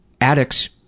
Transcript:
addicts